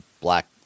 black